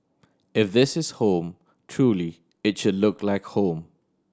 if this is home truly it should look like home